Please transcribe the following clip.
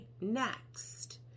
next